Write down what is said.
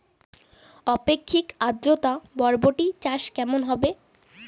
আপেক্ষিক আদ্রতা বরবটি চাষ কেমন হবে?